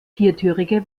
viertürige